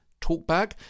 Talkback